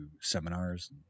seminars